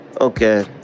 Okay